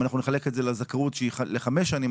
אם אנחנו נחלק את זה לזכאות שהיא לחמש שנים,